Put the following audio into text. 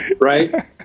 right